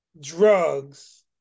drugs